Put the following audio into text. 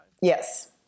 Yes